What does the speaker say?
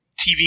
TV